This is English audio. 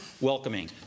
welcoming